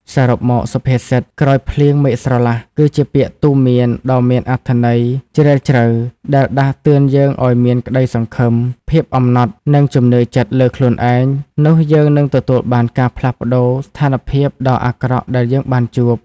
សរុបមក សុភាសិត «ក្រោយភ្លៀង មេឃស្រឡះ» គឺជាពាក្យទូន្មានដ៏មានអត្ថន័យជ្រាលជ្រៅ ដែលដាស់តឿនយើងឲ្យមាន ក្តីសង្ឃឹម ភាពអំណត់ និងជំនឿចិត្តលើខ្លួនឯងនោះយើងនិងទទួលបានការផ្លាស់ប្តូរស្ថានភាពដ៏អាក្រក់ដែលយើងបានជួប។